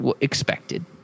expected